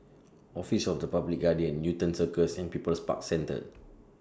Office of The Public Guardian Newton Circus and People's Park Centre